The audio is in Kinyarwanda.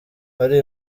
ari